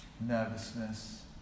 nervousness